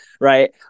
right